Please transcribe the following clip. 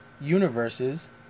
universes